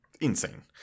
insane